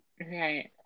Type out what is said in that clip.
right